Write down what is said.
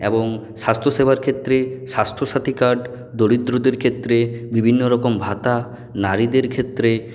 এবং স্বাস্থ্য সেবার ক্ষেত্রে স্বাস্থ্যসাথী কার্ড দরিদ্রদের ক্ষেত্রে বিভিন্ন রকম ভাতা নারীদের ক্ষেত্রে